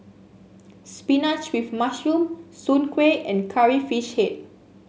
spinach with mushroom Soon Kuih and Curry Fish Head